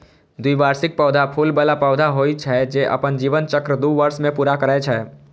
द्विवार्षिक पौधा फूल बला पौधा होइ छै, जे अपन जीवन चक्र दू वर्ष मे पूरा करै छै